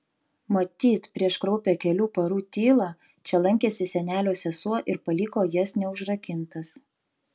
matyt prieš kraupią kelių parų tylą čia lankėsi senelio sesuo ir paliko jas neužrakintas